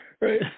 Right